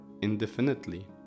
indefinitely